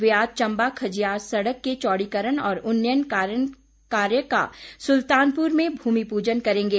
वे आज चंबा खजियार सड़क के चौड़ीकरण और उन्नयन कार्य का सुलतानपूर में भूमि पूजन करेंगे